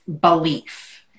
belief